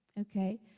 Okay